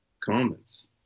Comments